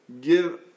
give